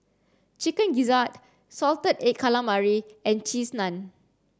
chicken gizzard salted egg calamari and cheese naan